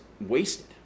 wasted